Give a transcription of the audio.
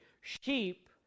sheep